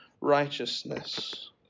righteousness